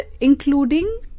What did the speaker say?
including